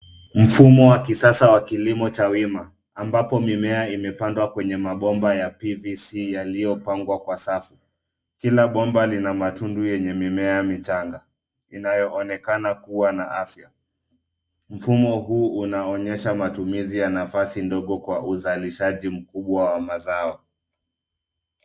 Mfumo wa kisasa wa kilimo cha wima, ambapo mimea imepandwa kwenye mabomba ya PVC yaliyopangwa kwa safu. Kila bomba lina matundu ya mimea michanga, inayoonekana kuwa na afya. Mfumo huu unaonyesha matumizi ya nafasi ndogo kwa uzalishaji mkubwa wa mazao.